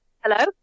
Hello